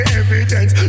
evidence